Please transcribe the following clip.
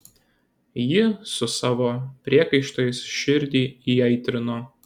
ji su savo priekaištais širdį įaitrino